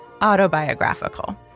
autobiographical